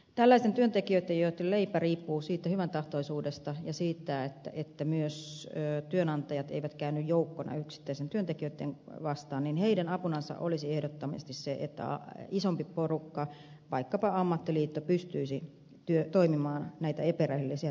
tällaisten työntekijöitten joiden leipä riippuu siitä hyväntahtoisuudesta ja siitä että myöskään työnantajat eivät käänny joukkona yksittäisiä työntekijöitä vastaan apuna olisi ehdottomasti se että isompi porukka vaikkapa ammattiliitto pystyisi toimimaan näitä epärehellisiä työnantajia vastaan